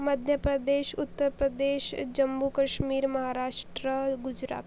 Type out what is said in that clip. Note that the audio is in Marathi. मध्यप्रदेश उत्तरप्रदेश जम्मू कश्मीर महाराष्ट्र गुजरात